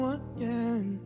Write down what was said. again